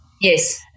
Yes